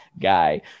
guy